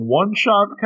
one-shot